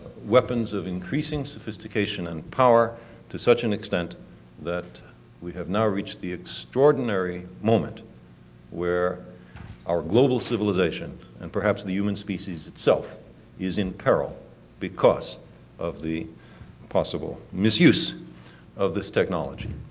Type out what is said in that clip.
weapons of increasing sophistication and power to such an extent that we have now reached the extraordinary moment where our global civilization and perhaps the human species itself is in peril because of the possible misuse of this technology.